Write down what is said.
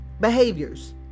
behaviors